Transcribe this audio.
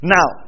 Now